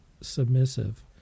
submissive